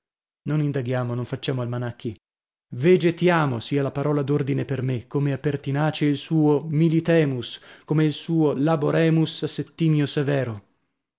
non indaghiamo non facciamo almanacchi vegetiamo sia la parola d'ordine per me come a pertinace il suo militemus come il suo laboremus a settimio severo